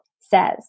says